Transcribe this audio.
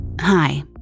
Hi